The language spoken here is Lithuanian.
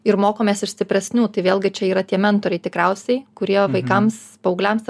ir mokomės iš stipresnių tai vėlgi čia yra tie mentoriai tikriausiai kurie vaikams paaugliams